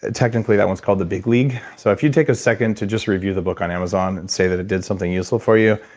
ah technically that one's called the big league. so if you take a second to just review the book on amazon and say that it did something useful for you,